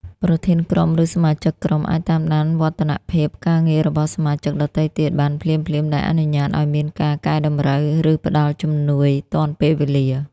ប្រធានក្រុម ឬសមាជិកក្រុមអាចតាមដានវឌ្ឍនភាពការងាររបស់សមាជិកដទៃទៀតបានភ្លាមៗ ដែលអនុញ្ញាតឲ្យមានការកែតម្រូវ ឬផ្តល់ជំនួយទាន់ពេលវេលា។